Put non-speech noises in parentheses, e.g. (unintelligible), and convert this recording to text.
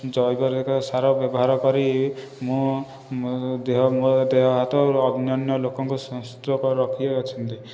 ଜୈବ ରେଖ ସାର ବ୍ୟବହାର କରି ମୁଁ ମୋ ଦେହ ହାତ ଅନ୍ୟାନ୍ୟ ଲୋକଙ୍କ (unintelligible) ରଖି ଅଛନ୍ତି